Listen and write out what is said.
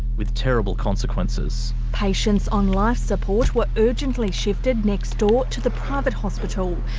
with terrible consequences. patients on life support were urgently shifted next door to the private hospital.